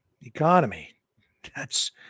economy—that's